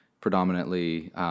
predominantly